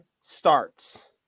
starts